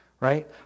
right